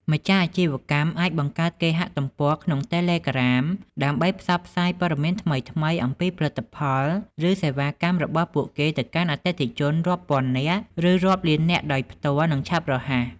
ម្ចាស់អាជីវកម្មអាចបង្កើតគេហទំព័រក្នុងតេឡេក្រាម ដើម្បីផ្សព្វផ្សាយព័ត៌មានថ្មីៗ អំពីផលិតផល ឬសេវាកម្មរបស់ពួកគេទៅកាន់អតិថិជនរាប់ពាន់នាក់ ឬរាប់លាននាក់ដោយផ្ទាល់ និងឆាប់រហ័ស។